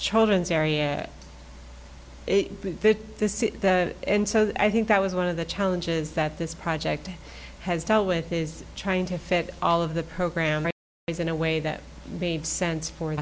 child ends area and so i think that was one of the challenges that this project has taught with is trying to fit all of the program is in a way that made sense for